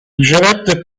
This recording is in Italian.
ricevette